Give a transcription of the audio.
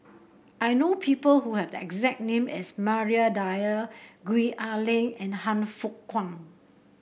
I know people who have the exact name as Maria Dyer Gwee Ah Leng and Han Fook Kwang